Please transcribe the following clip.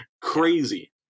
crazy